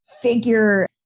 figure